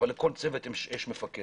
אבל לכל צוות יש מפקד.